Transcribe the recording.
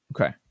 Okay